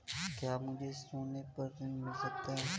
क्या मुझे सोने पर ऋण मिल सकता है?